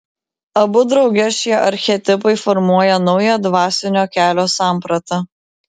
abu drauge šie archetipai formuoja naują dvasinio kelio sampratą